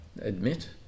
admit